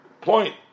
point